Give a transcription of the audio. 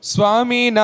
Swami